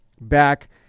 back